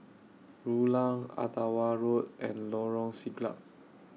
Rulang Ottawa Road and Lorong Siglap